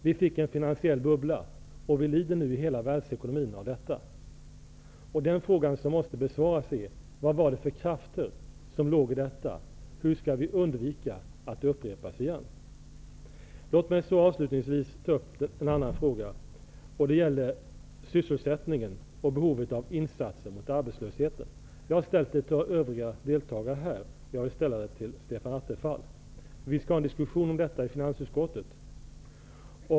Vi fick en finansiell bubbla, och hela världsekonomin lider nu av den. Den fråga som måste besvaras är: Vad var det för krafter som låg i detta? Hur skall vi undvika att det upprepas igen? Låt mig avslutningsvis ta upp en annan fråga. Den gäller sysselsättningen och behovet av insatser mot arbetslösheten. Jag har ställt den till övriga deltagare här, och jag vill ställa den även till Stefan Attefall. Vi skall ha en diskussion om detta i finansutskottet.